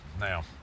Now